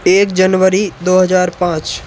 एक जनवरी दो हज़ार पाँच